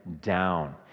down